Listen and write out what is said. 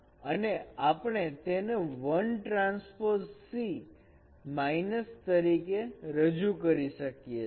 અને આપણે તેને 1 ટ્રાન્સપોઝ c માઇનસ તરીકે રજૂ કરી શકીએ છીએ